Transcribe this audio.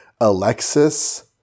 Alexis